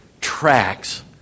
tracks